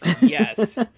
Yes